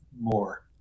more